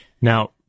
Now